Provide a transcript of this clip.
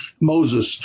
Moses